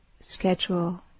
schedule